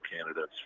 candidates